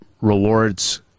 Rewards